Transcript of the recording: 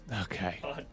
Okay